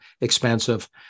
expensive